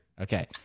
Okay